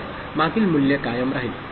तर मागील मूल्य कायम राहील